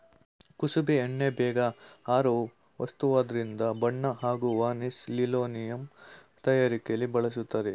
ಕುಸುಬೆ ಎಣ್ಣೆ ಬೇಗ ಆರೋ ವಸ್ತುವಾದ್ರಿಂದ ಬಣ್ಣ ಹಾಗೂ ವಾರ್ನಿಷ್ ಲಿನೋಲಿಯಂ ತಯಾರಿಕೆಲಿ ಬಳಸ್ತರೆ